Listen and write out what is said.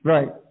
Right